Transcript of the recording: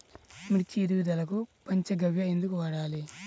మిర్చి ఎదుగుదలకు పంచ గవ్య ఎందుకు వాడాలి?